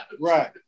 Right